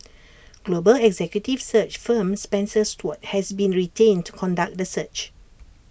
global executive search firm Spencer Stuart has been retained to conduct the search